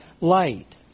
light